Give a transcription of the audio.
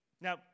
Now